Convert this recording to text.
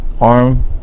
arm